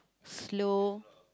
slow